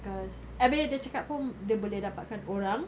cause abeh dia cakap pun dia boleh dapatkan orang